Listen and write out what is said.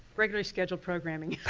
regular scheduled programming